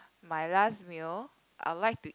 my last meal I like to